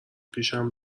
پیشم